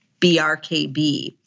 BRKB